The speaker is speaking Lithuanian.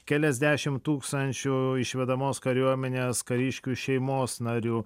keliasdešimt tūkstančių išvedamos kariuomenės kariškių šeimos narių